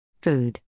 Food